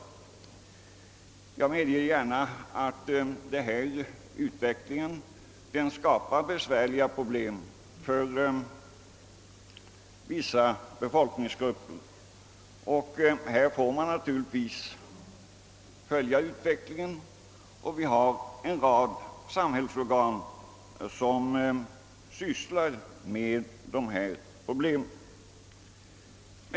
Jag medger gärna att utvecklingen skapar besvärliga problem för vissa befolkningsgrupper. Man får naturligtvis följa utvecklingen — en rad samhällsorgan sysslar också med hithörande problem.